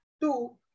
two